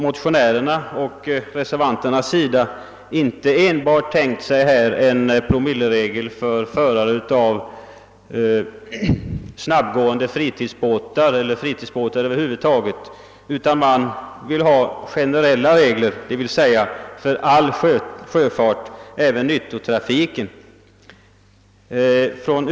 Motionärerna och reservanterna har emellertid inte enbart syftat till en promilleregel för förare av fritidsbåtar utan vill ha generella regler för all sjöfart, alltså även för handelsfartyg.